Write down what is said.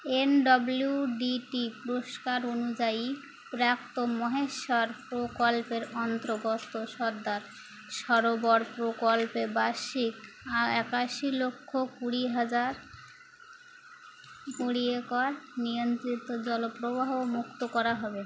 N W D T পুরস্কার অনুযায়ী প্রাপ্ত মহেশ্বর প্রকল্পের অন্তর্গত সর্দার সরোবর প্রকল্পে বার্ষিক একাশি লক্ষ কুড়ি হাজার কুড়ি একর নিয়ন্ত্রিত জলপ্রবাহ মুক্ত করা হবে